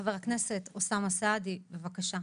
חבר הכנסת אוסאמה סעדי, בבקשה.